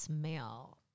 Male